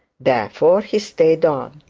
therefore he stayed on.